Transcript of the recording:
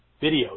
video